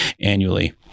annually